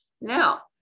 Now